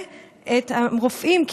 וגם את הרופאים.